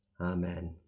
Amen